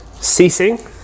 ceasing